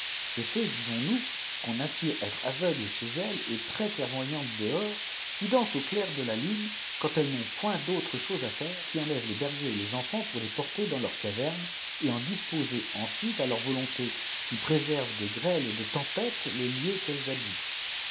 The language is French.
ces fées disoh nous qu'on assure être aveugles chez elles et très clairvoyantes dehors qui dansent au clair de la lune quand elles n'ont point d'autres fehoses à faire qui enlèvent les berçers et les enfants pour les porter dans leurs cavernes et en disposer ensuite à leur volonté qui préservent de grêles et de tempêtes les keux qu'elles habitent